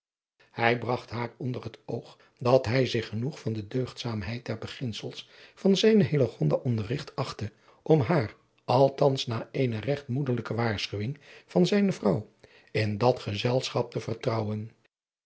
hij bragt haar onder het oog dat hij zich genoeg van de deugdzaamheid der beginsels van zijne hillegonda onderrigt achtte om haar althans na eene regt moederlijke waarschuwing van zijne vrouw in dat gezelschap te vertrouwen